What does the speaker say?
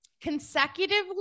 consecutively